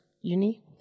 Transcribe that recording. uni